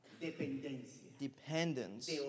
Dependence